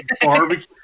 barbecue